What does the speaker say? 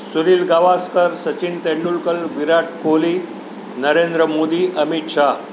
Sunil Gavaskar Sachin Tendulkar Virat Kohli Narendra Modi Amit Shah